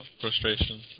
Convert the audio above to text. Frustration